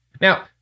Now